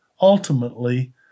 ultimately